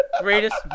Greatest